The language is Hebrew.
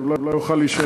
ולא יוכל להישאר אחרי זה.